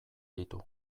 ditu